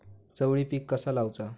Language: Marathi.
चवळी पीक कसा लावचा?